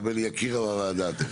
תכף תקבל יקיר הוועדה.